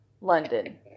London